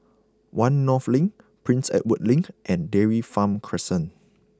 One North Link Prince Edward Link and Dairy Farm Crescent